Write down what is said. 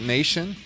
Nation